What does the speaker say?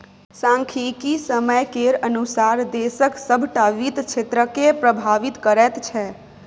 सांख्यिकी समय केर अनुसार देशक सभटा वित्त क्षेत्रकेँ प्रभावित करैत छै